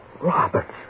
Roberts